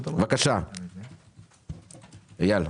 בבקשה, אייל.